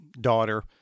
daughter